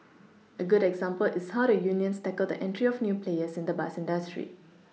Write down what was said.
a good example is how the unions tackled the entry of new players in the bus industry